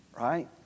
right